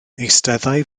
eisteddai